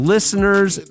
Listeners